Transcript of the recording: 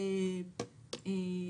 אגב,